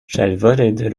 شلوارت